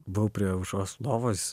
buvau prie aušros lovos